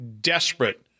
desperate